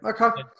Okay